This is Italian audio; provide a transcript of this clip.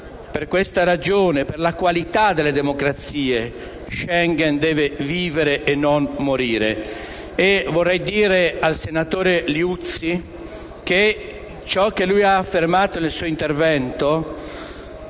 Per questa ragione e per la qualità delle democrazie, Schengen deve vivere e non morire. Vorrei dire al senatore Liuzzi che ciò che ha affermato nel suo intervento,